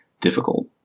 difficult